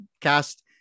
cast